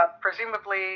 Presumably